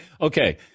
Okay